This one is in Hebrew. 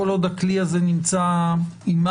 כל עוד הכלי הזה נמצא עמנו,